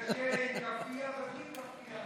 יש עם כאפיה ובלי כאפיה ובלי כפייה.